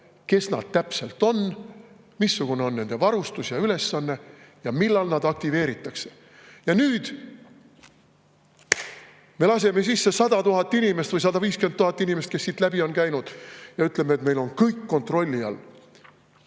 kes nad täpselt on, missugune on nende varustus ja ülesanne ja millal nad aktiveeritakse. Ja nüüd me laseme sisse 100 000 inimest või 150 000 inimest – [nii palju] on siit läbi käinud – ja ütleme, et meil on kõik kontrolli all.